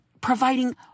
providing